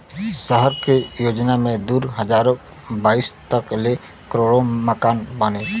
सहर के योजना मे दू हज़ार बाईस तक ले करोड़ मकान बनी